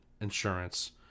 insurance